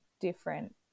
different